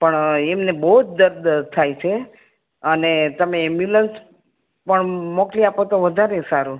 પણ એમને બહુ જ દર્દ થાય છે અને તમે એમ્બ્યુલન્સ પણ મોકલી આપો તો વધારે સારું